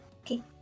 okay